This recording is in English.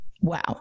Wow